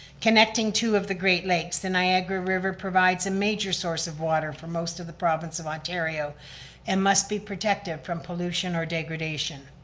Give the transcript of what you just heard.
connecting two of the great lakes, the niagara river provides a major source of water for most of the province of ontario and must be protected from pollution or degradation.